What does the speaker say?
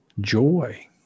joy